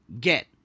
Get